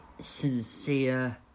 sincere